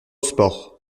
sport